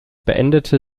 beendete